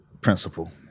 principle